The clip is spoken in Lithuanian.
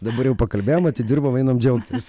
dabar jau pakalbėjom atidirbom einam džiaugtis